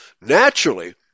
Naturally